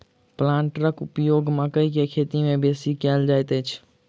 प्लांटरक उपयोग मकइ के खेती मे बेसी कयल जाइत छै